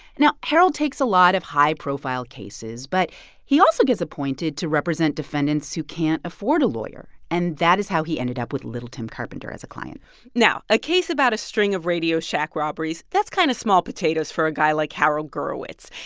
now, harold takes a lot of high-profile cases, but he also gets appointed to represent defendants who can't afford a lawyer. and that is how he ended up with little tim carpenter as a client now, a case about a string of radio shack robberies, that's kind of small potatoes for guy like harold gurewitz.